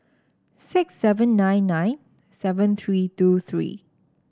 six seven nine nine seven three two three